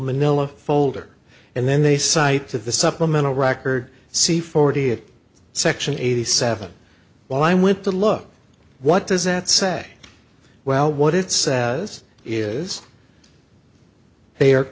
manila folder and then they cite to the supplemental record see forty eight section eighty seven while i went to look what does it say well what it says is they are